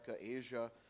Asia